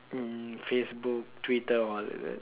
mm Facebook Twitter all is it